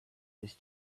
his